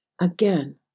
Again